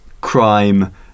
crime